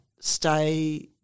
stay